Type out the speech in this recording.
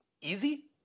easy